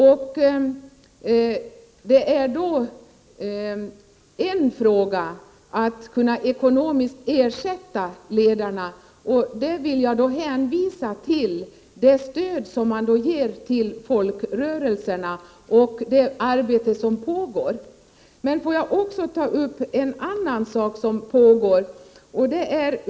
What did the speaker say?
En fråga är då hur ledarna skall kunna ersättas ekonomiskt. Här vill jag hänvisa till det stöd som ges till folkrörelserna och till det arbete som pågår. Får jag också ta upp en annan sak som pågår.